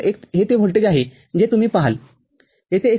१ हे ते व्होल्टेज आहे जे तुम्ही पाहाल येथे १